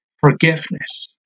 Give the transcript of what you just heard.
forgiveness